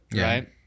right